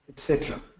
etcetera.